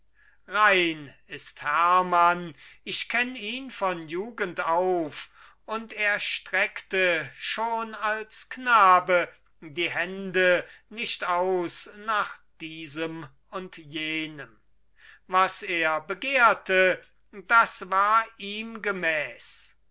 rein ist hermann ich kenn ihn von jugend auf und er streckte schon als knabe die hände nicht aus nach diesem und jenem was er begehrte das war ihm gemäß